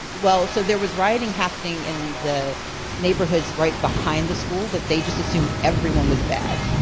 well, so there was rioting happening in the neighborhoods right behind the school, but they just assumed everyone was bad.